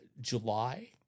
July